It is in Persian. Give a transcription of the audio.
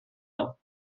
ﺑﻮﺩﻡ